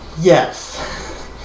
Yes